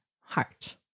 heart